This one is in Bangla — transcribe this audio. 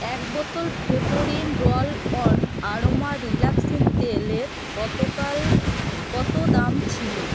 এক বোতল Vaporin roll on aroma relaxing তেলের গতকাল কতো দাম ছিলো